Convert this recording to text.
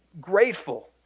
grateful